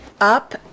up